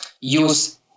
use